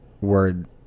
word